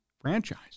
franchise